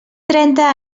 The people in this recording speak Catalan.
trenta